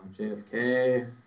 JFK